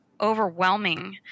overwhelming